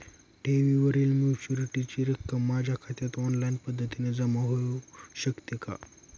ठेवीवरील मॅच्युरिटीची रक्कम माझ्या खात्यात ऑनलाईन पद्धतीने जमा होऊ शकते का?